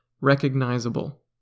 recognizable